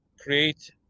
create